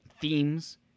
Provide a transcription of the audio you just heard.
Themes